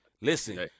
Listen